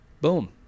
Boom